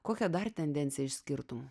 kokią dar tendenciją išskirtum